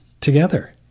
together